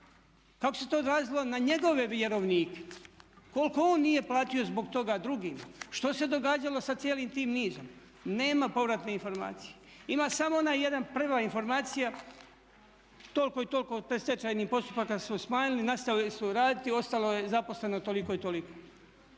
kao se to odrazilo na njegove vjerovnike, koliko on nije platio zbog toga drugima, što se događalo sa cijelim tim nizom? Nema povratne informacije ima samo ona jedna, prva informacija, toliko i toliko stečajnih postupaka su smanjili, nastavili su raditi, ostalo je zaposleno toliko i toliko.